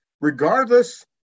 regardless